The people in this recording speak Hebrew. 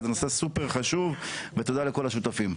זה נושא סופר חשוב, ותודה לכל השותפים.